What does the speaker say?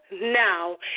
now